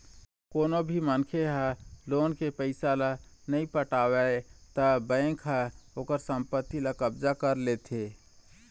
कोनो भी मनखे ह लोन के पइसा ल नइ पटावय त बेंक ह ओखर संपत्ति ल कब्जा कर लेथे